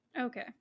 Okay